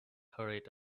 hurried